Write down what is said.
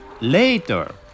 later